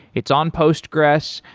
it's on postgres.